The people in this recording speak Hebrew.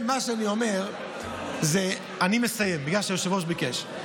אני מסיים בגלל שהיושב-ראש ביקש.